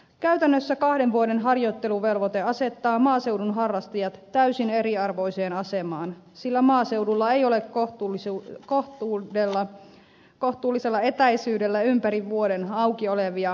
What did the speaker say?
käytännössä kahden vuoden harjoitteluvelvoite asettaa maaseudun harrastajat täysin eriarvoiseen asemaan sillä maaseudulla ei ole kohtuullisella etäisyydellä ympäri vuoden auki olevia harjoitusratoja